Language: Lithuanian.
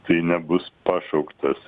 tai nebus pašauktas